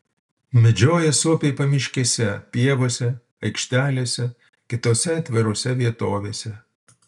medžioja suopiai pamiškėse pievose aikštelėse kitose atvirose vietose